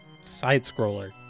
side-scroller